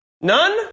None